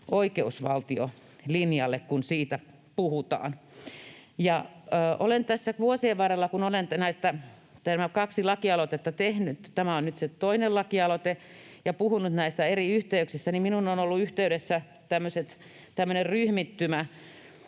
oikeusvaltiolinjalle, kun siitä puhutaan? Tässä vuosien varrella, kun olen nämä kaksi lakialoitetta tehnyt — tämä on nyt se toinen lakialoite — ja puhunut näissä eri yhteyksissä, niin minuun on ollut yhteydessä tämmöinen ryhmittymä